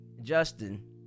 Justin